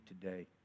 today